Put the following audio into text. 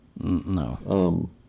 No